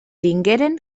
vingueren